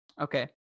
Okay